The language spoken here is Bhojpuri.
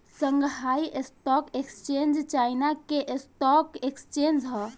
शांगहाई स्टॉक एक्सचेंज चाइना के स्टॉक एक्सचेंज ह